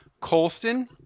Colston